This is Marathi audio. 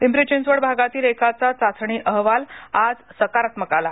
पिंपरी चिंचवड भागातील एकाचा चाचणी अहवाल आज सकारात्मक आला